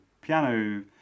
piano